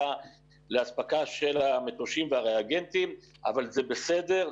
לאספקה של המטושים והריאגנטים אבל זה בסדר,